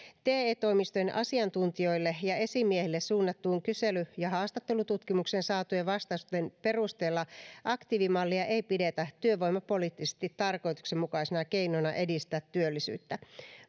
te toimistojen asiantuntijoille ja esimiehille suunnattuun kysely ja haastattelututkimukseen saatujen vastausten perusteella aktiivimallia ei pidetä työvoimapoliittisesti tarkoituksenmukaisena keinona edistää työllisyyttä